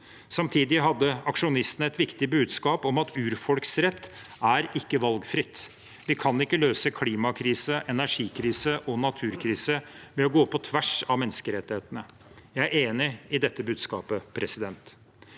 Samtidig hadde aksjonistene et viktig budskap om at «urfolksrett er ikke valgfritt». Vi kan ikke løse klimakrise, energikrise og naturkrise ved å gå på tvers av menneskerettighetene. Jeg er enig i dette budskapet. Vi vil at